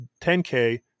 10k